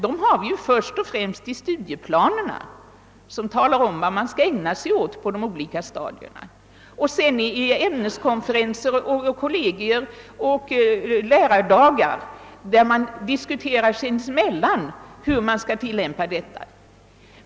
Sådana finns först och främst i studieplanerna som talar om, vad man skall ägna sig åt på de olika stadierna. Vidare förekommer ämneskonferenser, kollegier och lärardagar, där lärarna sinsemellan diskuterar hur de skall tillämpa anvisningarna.